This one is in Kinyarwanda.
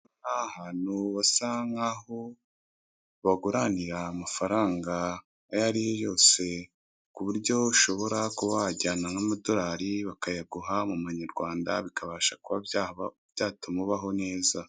Ahantu basa nkaho baguranira amafaranga ayo ariyo yose ku buryo ushobora kuba wajyana nk'amadorari bakayaguha mu manyarwanda bikabasha kuba byatuma ubaho neza.